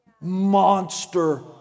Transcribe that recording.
monster